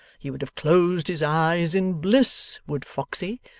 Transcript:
he would have closed his eyes in bliss, would foxey,